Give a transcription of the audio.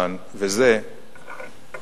שי